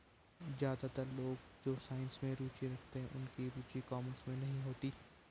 ज्यादातर लोग जो साइंस में रुचि रखते हैं उनकी रुचि कॉमर्स में नहीं होती